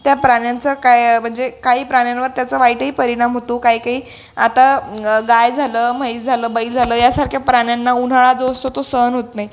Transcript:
त्या प्राण्यांचा काय म्हणजे काही प्राण्यांवर त्याचं वाईटही परिणाम होतो काही काही आता गाय झालं म्हैस झालं बैल झालं यासारख्या प्राण्यांना उन्हाळा जो असतो तो सहन होत नाही